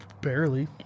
Barely